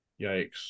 Yikes